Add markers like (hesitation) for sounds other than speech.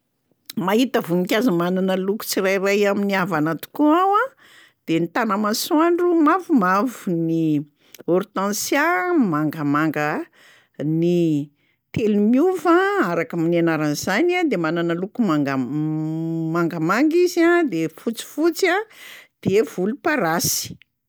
(noise) Mahita voninkazo manana loko tsirairay amin'ny avana tokoa aho a de: ny tanamasoandro mavomavo, ny hortensia mangamanga, ny telomiova araky m- ny anarany zany a de manana loko manga (hesitation) mangamanga izy a le fotsifotsy a de volomparasy.